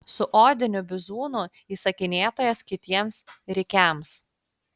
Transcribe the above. su odiniu bizūnu įsakinėtojas kitiems rikiams